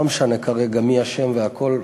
לא משנה כרגע מי אשם והכול.